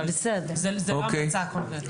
אבל זה לא המלצה קונקרטית.